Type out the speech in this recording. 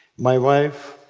my wife,